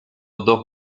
dos